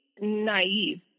naive